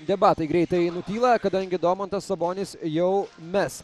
debatai greitai nutyla kadangi domantas sabonis jau mes